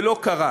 ולא קרה.